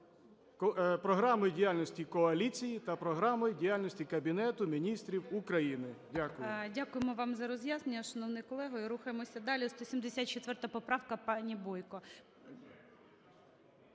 програмою діяльності коаліції та програмою діяльності Кабінету Міністрів України. Дякую. ГОЛОВУЮЧИЙ. Дякую вам за роз'яснення, шановний колего. Рухаємося далі. 174 поправка пані Бойко.